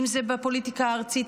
אם זה בפוליטיקה הארצית,